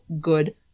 good